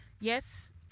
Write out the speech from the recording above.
Yes